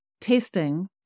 Testing